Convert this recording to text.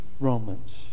Romans